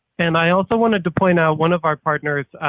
and i also wanted to point out one of our partners,